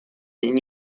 new